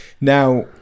Now